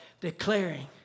Declaring